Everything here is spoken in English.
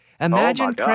Imagine